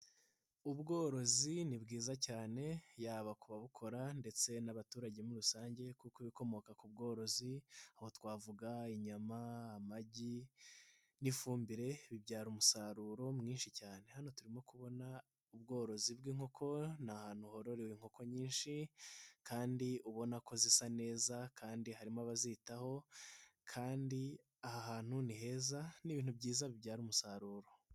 Ubworozi ni bwiza cyane yaba ku babukora ndetse n'abaturage muri rusange kuko ibikomoka ku bworozi aho twavuga inyama, amagi n'ifumbire bibyara umusaruro mwinshi cyane. Hano turimo kubona ubworozi bw'inkoko, ni ahantu hororewe inkoko nyinshi kandi ubona ko zisa neza kandi harimo abazitaho kandi aha ahantu ni heza ni ibintu byiza bibyara umusaruro.